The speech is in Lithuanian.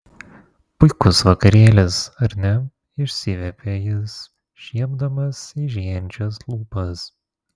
puikus vakarėlis ar ne išsiviepė jis šiepdamas eižėjančias lūpas